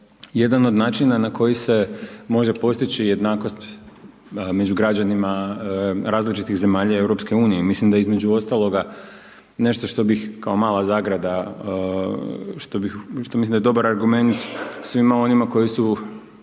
jedan od načina na koji se može postići jednakost među građanima različitih zemalja EU. Mislim da je između ostaloga nešto što bih kao mala zagrada, što mislim da je dobar argument svima onima koji su,